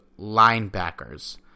linebackers